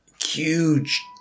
huge